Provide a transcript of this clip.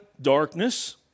darkness